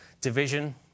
division